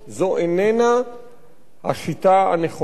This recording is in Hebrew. זו איננה השיטה הנכונה.